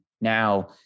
now